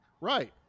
right